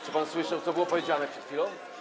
Czy pan słyszał, co było powiedziane przed chwilą?